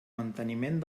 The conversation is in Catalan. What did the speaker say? manteniment